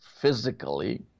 physically